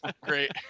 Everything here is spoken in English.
great